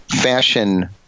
fashion